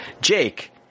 Jake